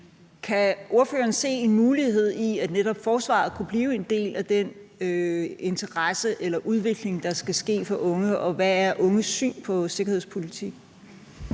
Kan ordføreren se en mulighed i, at netop forsvaret kunne blive en del af den interesse i unge eller den udvikling, der skal ske for unge, og hvad er unges syn på sikkerhedspolitik?